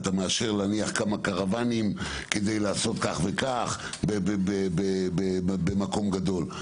אתה מאשר למשל כמה קרוואנים כדי לעשות כך וכך במקום גדול.